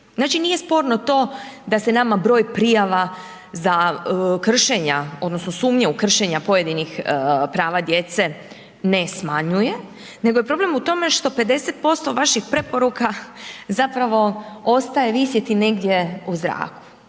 Znači nije sporno to, da se nama broj prijava za kršenja, odnosno, sumnje u kršenje pojedinih prava djece ne smanjuje, nego je problem u tome, što 50% vaših preporuka, zapravo ostaje vidjeti negdje u zraku.